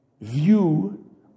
view